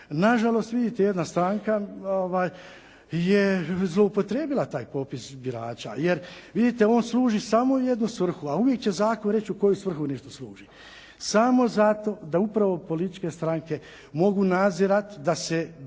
Na žalost, vidite jedna stranka je zloupotrijebila taj popis birača. Jer vidite on služi samo u jednu svrhu, a uvijek će zakon reći u koju svrhu netko služi samo zato da upravo političke stranke mogu nadzirati da se